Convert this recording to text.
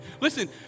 Listen